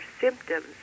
symptoms